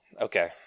Okay